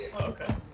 okay